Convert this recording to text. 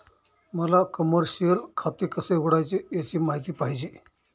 मला कमर्शिअल खाते कसे उघडायचे याची माहिती पाहिजे